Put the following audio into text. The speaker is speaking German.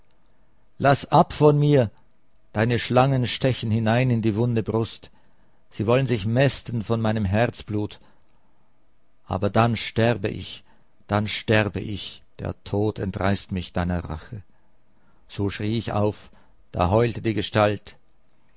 laß ab von mir deine schlangen stechen hinein in die wunde brust sie wollen sich mästen von meinem herzblut aber dann sterbe ich dann sterbe ich der tod entreißt mich deiner rache so schrie ich auf da heulte die gestalt